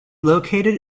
located